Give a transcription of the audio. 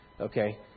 Okay